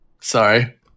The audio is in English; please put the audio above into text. Sorry